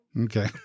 Okay